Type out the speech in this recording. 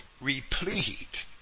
replete